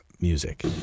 music